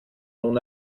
nun